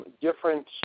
different